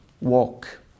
walk